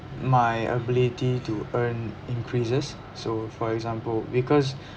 my ability to earn increases so for example because